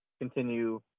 continue